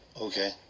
Okay